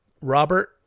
Robert